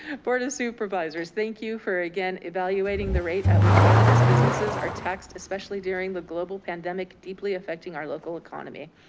board of supervisors, thank you for again evaluating the rate at which cannabis businesses are taxed, especially during the global pandemic deeply affecting our local economy.